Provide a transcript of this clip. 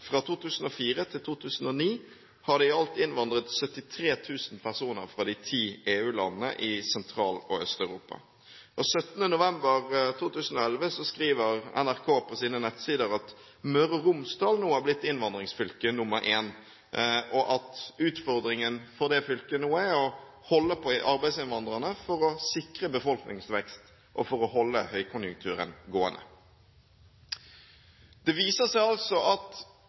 Fra 2004 til 2009 har det i alt innvandret 73 000 personer fra de ti EU-landene i Sentral- og Øst-Europa. 17. november 2011 skrev NRK på sine nettsider at Møre og Romsdal nå har blitt innvandringsfylke nr. 1, og at utfordringen for det fylket nå er å holde på arbeidsinnvandrerne for å sikre befolkningsvekst og for å holde høykonjunkturen gående. Det viser seg altså at